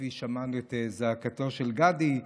כפי ששמענו את זעקתו של גדי,